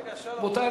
רבותי,